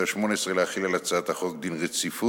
השמונה-עשרה להחיל על הצעת החוק דין רציפות,